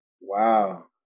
Wow